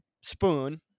spoon